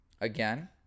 Again